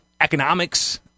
economics